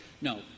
No